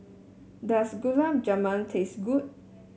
does Gulab Jamun taste good